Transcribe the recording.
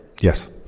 Yes